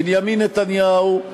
בנימין נתניהו,